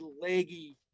leggy